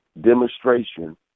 demonstration